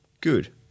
good